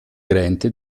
grant